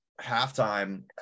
Halftime